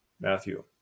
matthew